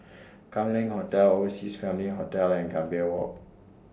Kam Leng Hotel Overseas Family Hotel and Gambir Walk